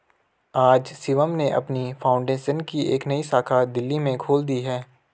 आज शिवम ने अपनी फाउंडेशन की एक नई शाखा दिल्ली में खोल दी है